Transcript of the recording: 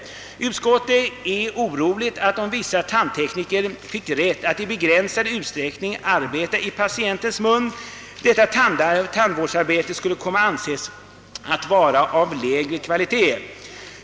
Utskottet är oroligt för att om vissa tandtekniker fick rätt att i begränsad utsträckning arbeta i patientens mun detta tandvårdsarbete skulle komma att anses vara av lägre kvalitet.